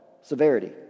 severity